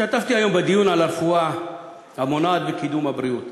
השתתפתי היום בדיון על הרפואה המונעת וקידום הבריאות,